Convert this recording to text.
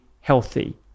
healthy